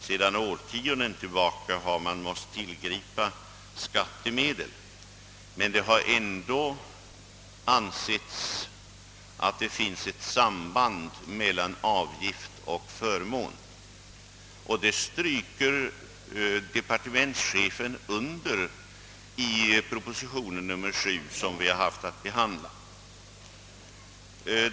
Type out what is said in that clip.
Sedan årtionden tillbaka har man måst tillgripa skattemedel vid sidan av avgifterna. Men det har ändå ansetts att det finns ett samband mellan avgift och förmån, och det stryker departementschefen under i proposition nr 7, som vi haft att behandla.